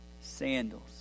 sandals